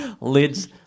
Lids